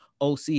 OC